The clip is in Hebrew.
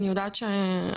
אני יודעת שאנחנו,